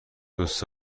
دوست